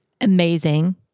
Amazing